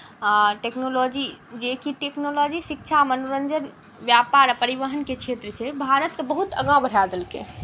आ टेक्नोलॉजी जे कि टेक्नोलॉजी शिक्षा मनोरञ्जन व्यापार आ परिवहन के क्षेत्र जे छै भारतकेँ बहुत आगाँ बढ़ा देलकै हेँ